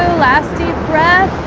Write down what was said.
laughs deep breath.